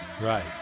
right